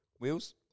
Wheels